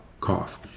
cough